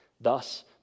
Thus